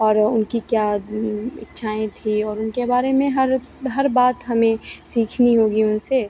और उनकी क्या इच्छाएँ थी और उनके बारे में हर हर बात हमें सीखनी होगी उनसे